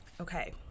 okay